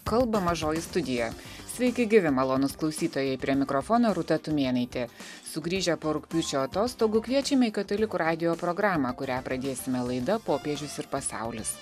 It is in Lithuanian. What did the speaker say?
kalba mažoji studija sveiki gyvi malonūs klausytojai prie mikrofono rūta tumėnaitė sugrįžę po rugpjūčio atostogų kviečiame į katalikų radijo programą kurią pradėsime laida popiežius ir pasaulis